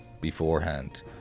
beforehand